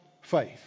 faith